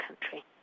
country